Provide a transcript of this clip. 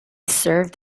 served